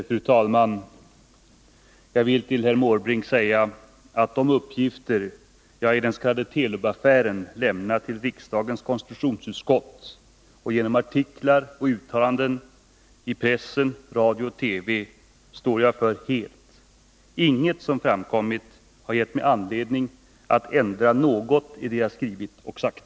Fru talman! Jag vill till herr Måbrink säga att de uppgifter jag i den s.k. Telubaffären lämnat till riksdagens konstitutionsutskott och genom artiklar och uttalanden i pressen, radio och TV står jag för helt. Inget som framkommit har gett mig anledning att ändra något i det jag skrivit och sagt.